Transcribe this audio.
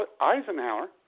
Eisenhower